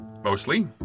Mostly